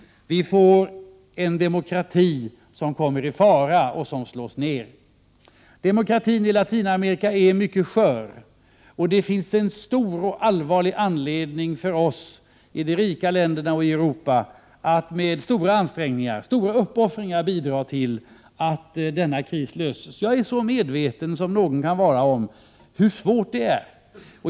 Demokratin kommer i fara och slås ned. Demokratin i Latinamerika är mycket skör. Det finns all anledning för oss i de rika länderna i bl.a. Europa att med stora uppoffringar bidra till att denna kris löses. Jag är så medveten som någon kan vara om hur svårt det är.